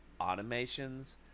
automations